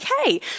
okay